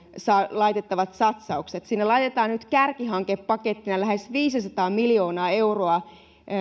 laitettavista satsauksista sinne laitetaan nyt kärkihankepakettina lähes viisisataa miljoonaa euroa